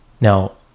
Now